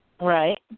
Right